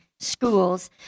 schools